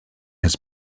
his